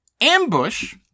Ambush